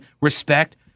respect